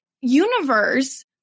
universe